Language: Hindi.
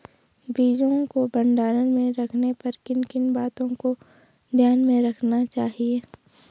बीजों को भंडारण में रखने पर किन किन बातों को ध्यान में रखना चाहिए?